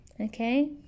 okay